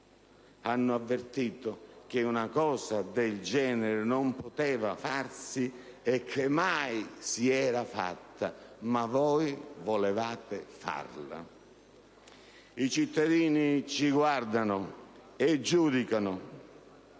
hanno avvertito che una cosa del genere non poteva farsi e che mai si era fatta. Ma voi volevate farla. I cittadini ci guardano e giudicano.